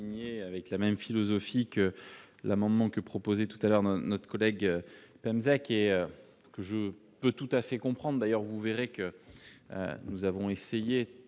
...